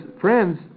friends